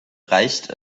reicht